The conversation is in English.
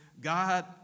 God